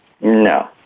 No